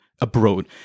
abroad